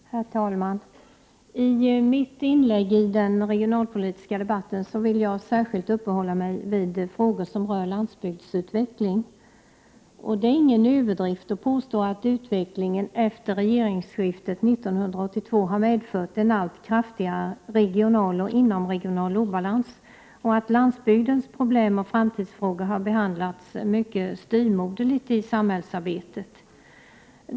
Herr talman! Jag vill i mitt inlägg i den regionalpolitiska debatten särskilt uppehålla mig vid frågor som rör landsbygdens utveckling. Det är ingen överdrift att påstå att utvecklingen efter regeringsskiftet 1982 har medfört en allt kraftigare regional och inomregional obalans och att landsbygdens problem och framtidsfrågor har behandlats mycket styvmoderligt i samhällsarbetet.